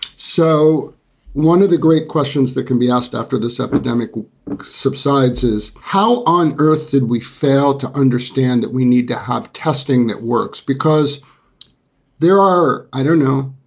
so one of the great questions that can be asked after this epidemic subsides is how on earth did we fail to understand that we need to have testing that works because there are, i don't know,